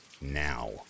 now